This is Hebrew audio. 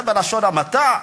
וזה בלשון המעטה,